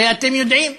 הרי אתם יודעים,